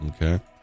Okay